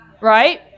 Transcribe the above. Right